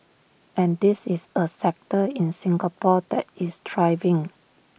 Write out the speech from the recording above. and this is A sector in Singapore that is thriving